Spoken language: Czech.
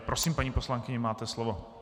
Prosím, paní poslankyně, máte slovo.